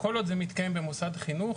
כל עוד זה מתקיים במוסד חינוך,